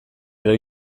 edo